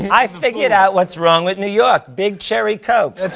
i figured out what's wrong with new york, big cherry cokes. that's